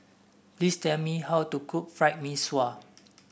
please tell me how to cook Fried Mee Sua